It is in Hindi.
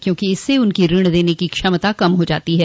क्योंकि इससे उनकी ऋण देने की क्षमता कम हो जाती है